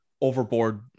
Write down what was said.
overboard